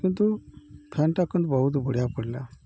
କିନ୍ତୁ ଫ୍ୟାନ୍ଟା କିନ୍ତୁ ବହୁତ ବଢ଼ିଆ ପଡ଼ିଲା